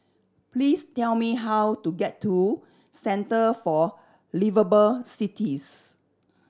please tell me how to get to Centre for Liveable Cities